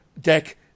deck